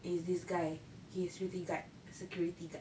is this guy he is security security guard